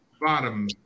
bottom